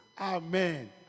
Amen